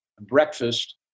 breakfast